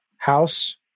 House